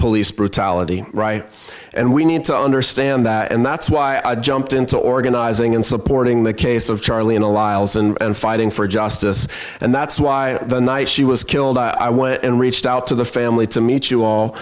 police brutality right and we need to understand that and that's why i jumped into organizing and supporting the case of charlie in the law and fighting for justice and that's why the night she was killed i went and reached out to the family to meet you all